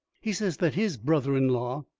he says that his brother-in-law,